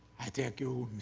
thank you,